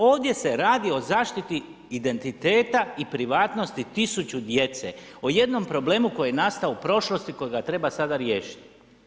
Ovdje se radi o zaštiti identiteta i privatnosti tisuće djece, o jednom problemu koji je nastao u prošlosti kojega treba sada riješiti.